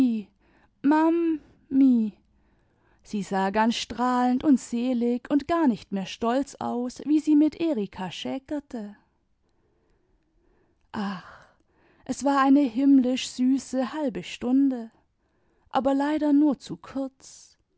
sie sah ganz strahlend und selig und gar nicht mehr stolz aus wie sie mit erika schäkerte ach es war eine himmlisch süße halbe stunde aber leider nur zu kurz